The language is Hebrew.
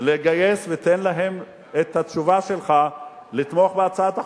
לגייס ותן להם את התשובה שלך לתמוך בהצעת החוק,